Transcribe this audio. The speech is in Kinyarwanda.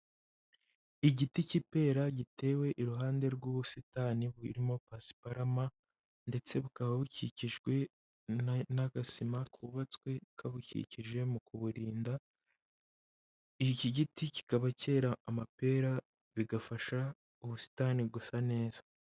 Igiti cy'ipera gitewe iruhande rw'ubusitani burimo pasiparama ndetse bukaba bukikijwe n'agasima kubabatswe kabukikije mu kuburinda. Iki giti kikaba cyera amapera bigafasha ubusitani gusa neza.